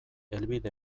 helbide